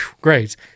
great